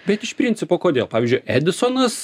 bet iš principo kodėl pavyzdžiui edisonas